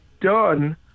done